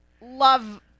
love